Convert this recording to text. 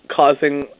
causing